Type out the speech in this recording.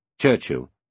Churchill